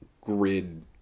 grid